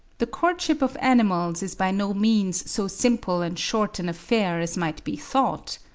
the courtship of animals is by no means so simple and short an affair as might be thought.